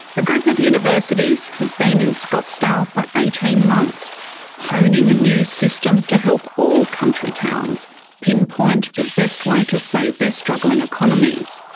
a group of universities has been in scottsdale for eighteen months honing a new system to help all country towns pinpoint the best way to save their struggling economies.